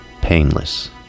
Painless